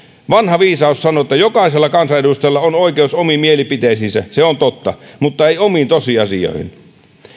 vanha viisaus sanoo että jokaisella kansanedustajalla on oikeus omiin mielipiteisiinsä se on totta mutta ei omiin tosiasioihin